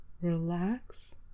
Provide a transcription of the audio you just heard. relax